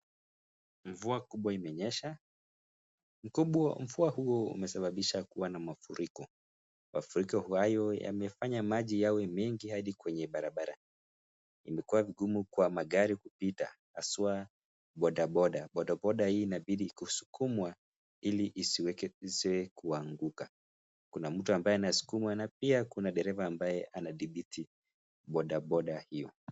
Mvua kubwa umenyesha mvua huo inasababisha kuwa na mafuriko. Mafuriko hayo yamefanya maji yawe mengi hadi kwa barabara, imekua vugumu kwa maji kupita haswa boda boda. Boda boda hii inabidii kusukumwa ili isiweze kuanguka. Kuna mtu ambaye anaskuma na pia kuna dereva ambaye anadhibiti boda boda hiyo.